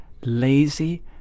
lazy